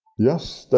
yes.